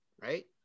right